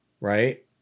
right